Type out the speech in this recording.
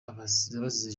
abazize